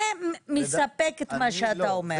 זה מספק את מה שאתה אומר.